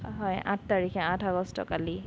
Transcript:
হয় আঠ তাৰিখে আঠ আগষ্ট কালি